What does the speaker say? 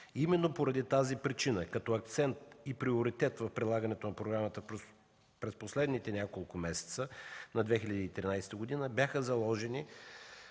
Именно по тази причина като акцент и приоритет на прилагане на програмата през последните няколко месеца на 2013 г. бяха заложени